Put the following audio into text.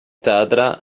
teatre